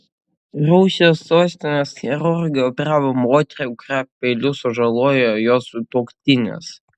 rusijos sostinės chirurgai operavo moterį kurią peiliu sužalojo jos sutuoktinis